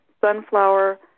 sunflower